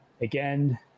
again